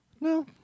no